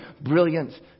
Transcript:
brilliant